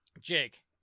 Jake